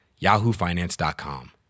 yahoofinance.com